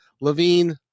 Levine